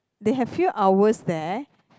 they have few hours there